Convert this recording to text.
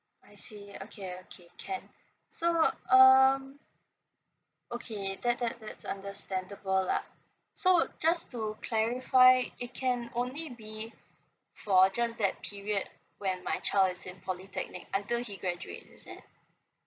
I see okay okay can so um okay that that that's understandable lah so just to clarify it can only be for just that period when my child is in polytechnic until he graduates is it